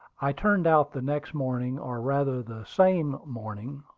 i turned out the next morning, or rather the same morning,